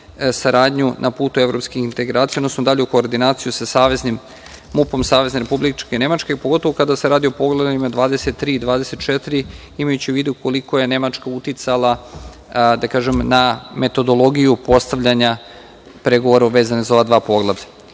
saradnju na putu evropskih integracija, odnosno dalju koordinaciju sa MUP Savezne Republike Nemačke, pogotovo kada se radi o poglavljima 23 i 24, imajući u vidu koliko je Nemačka uticala, da kažem, na metodologiju postavljanja pregovora vezano za ova dva